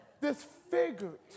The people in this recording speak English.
disfigured